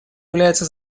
является